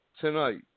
tonight